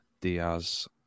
Diaz